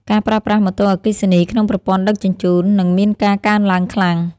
ការប្រើប្រាស់ម៉ូតូអគ្គិសនីក្នុងប្រព័ន្ធដឹកជញ្ជូន នឹងមានការកើនឡើងខ្លាំង។